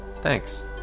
thanks